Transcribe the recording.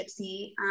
Gypsy